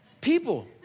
People